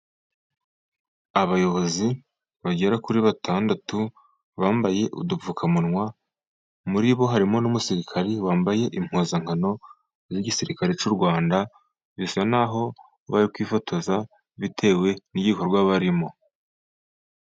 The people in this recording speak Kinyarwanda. Abayobozi bagera kuri batandatu bambaye udupfukamunwa, muri bo harimo n'umusirikari wambaye impuzankano z'igisirikare cy'u Rwanda. Bisa n'aho bari kwifotoza bitewe n'igikorwa barimo.